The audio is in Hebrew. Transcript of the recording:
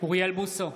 אוריאל בוסו,